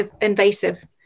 invasive